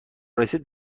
رسید